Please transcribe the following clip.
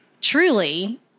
truly